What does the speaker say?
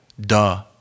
duh